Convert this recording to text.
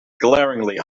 glaringly